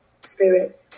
spirit